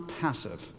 passive